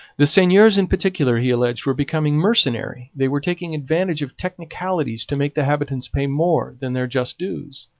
the seigneurs in particular, he alleged, were becoming mercenary they were taking advantage of technicalities to make the habitants pay more than their just dues.